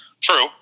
True